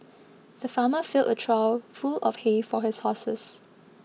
the farmer filled a trough full of hay for his horses